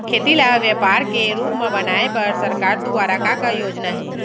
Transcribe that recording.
खेती ल व्यापार के रूप बनाये बर सरकार दुवारा का का योजना हे?